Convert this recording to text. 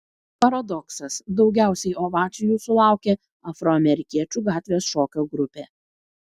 paradoksas daugiausiai ovacijų sulaukė afroamerikiečių gatvės šokio grupė